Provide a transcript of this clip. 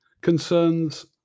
concerns